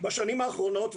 בשנים האחרונות,